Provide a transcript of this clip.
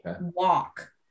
walk